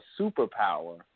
superpower